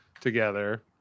together